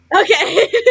Okay